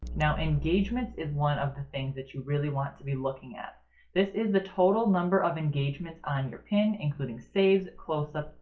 now engagements is one of the things that you really want to be looking at this is the total number of engagements on your pin including saves, close-up,